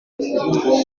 j’ai